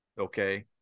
Okay